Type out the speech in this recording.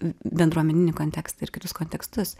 bendruomeninį kontekstą ir kitus kontekstus